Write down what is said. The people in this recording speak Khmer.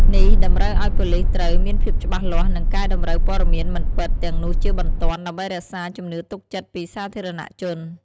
នេះតម្រូវឱ្យប៉ូលិសត្រូវ មានភាពច្បាស់លាស់ និងកែតម្រូវព័ត៌មានមិនពិត ទាំងនោះជាបន្ទាន់ ដើម្បីរក្សាជំនឿទុកចិត្តពីសាធារណជន។